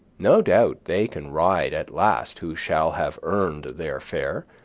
no doubt they can ride at last who shall have earned their fare,